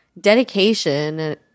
dedication